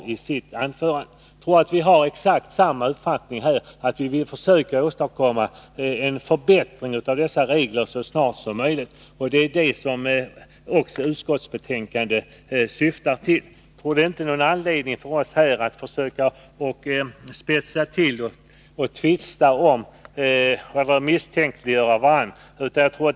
Jag tror alltså att vi har exakt samma uppfattning, nämligen att vi vill försöka åstadkomma en förbättring av dessa regler så snart som möjligt. Det är också detta utskottsbetänkandet syftar till. Det finns därför ingen anledning att här försöka spetsa till det hela genom att tvista om det eller misstänkliggöra varandra.